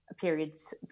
periods